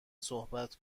صحبت